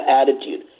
attitude